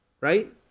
right